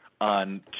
on